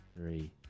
Three